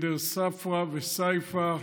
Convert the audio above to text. בגדר ספרא וסיפא,